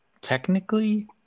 technically